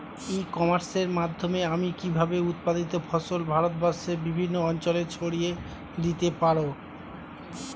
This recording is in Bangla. ই কমার্সের মাধ্যমে আমি কিভাবে উৎপাদিত ফসল ভারতবর্ষে বিভিন্ন অঞ্চলে ছড়িয়ে দিতে পারো?